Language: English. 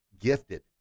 gifted